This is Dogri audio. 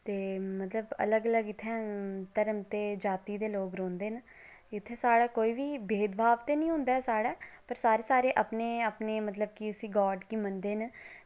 ते मतलब अलग अलग इत्थै धर्म दे जाति दे लोग रौंह्दे न ते साढ़े इत्थै कोई भेदभाव निं होंदा ऐ साढ़े पर सारे अपने अपने उस गॉड गी मनदे न